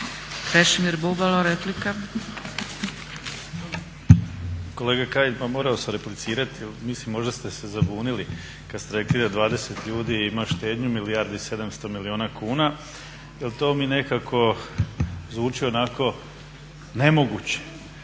Krešimir (HDSSB)** Kolega Kajin pa morao sam replicirat jer mislim možda ste se zabunili kada ste rekli da 20 ljudi ima štednju milijardu i 700 milijuna kuna jer to mi nekako zvuči onako nemoguće.